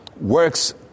works